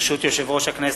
ברשות יושב-ראש הכנסת,